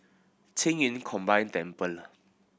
Qing Yun Combine Temple